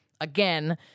again